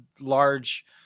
large